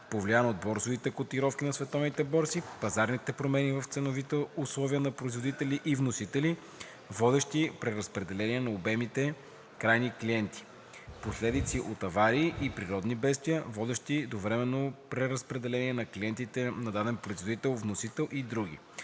повлияна от: борсовите котировки на световните борси; пазарните промени в ценовите условия на производители и вносители, водещи до преразпределение на обемите крайни клиенти; последици от аварии и природни бедствия, водещи до временно преразпределяне на клиентите на даден производител/вносител и други.